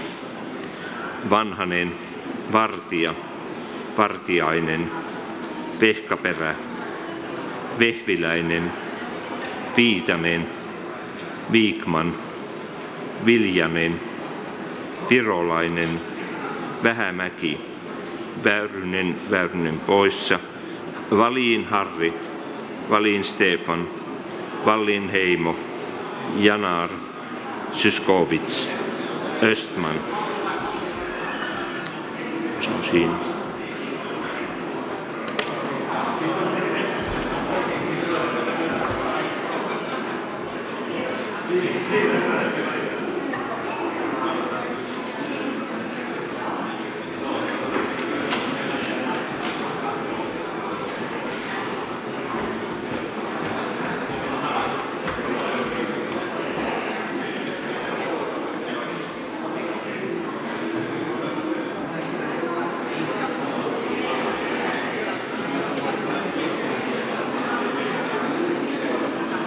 pyydän edustajia rauhoittumaan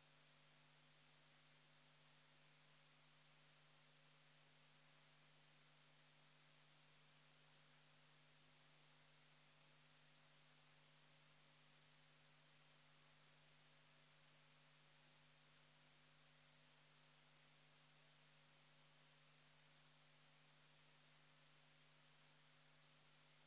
ja siirtymään paikoilleen